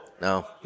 No